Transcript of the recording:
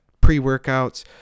pre-workouts